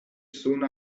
soon